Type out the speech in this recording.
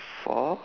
four